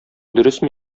дөресме